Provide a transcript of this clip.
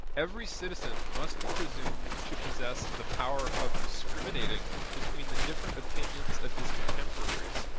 every citizen must be presumed to possess the power of discriminating between the different opinions of his contemporaries,